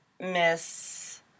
Miss